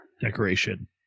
decoration